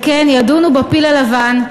וכן ידונו בפיל הלבן,